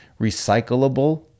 recyclable